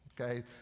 okay